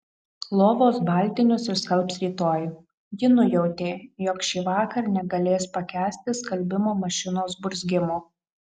lovos baltinius išskalbs rytoj ji nujautė jog šįvakar negalės pakęsti skalbimo mašinos burzgimo